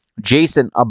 Jason